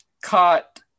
caught